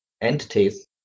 entities